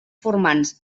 formants